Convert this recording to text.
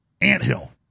anthill